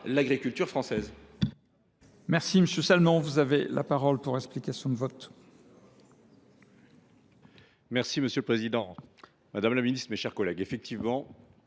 l’agriculture française.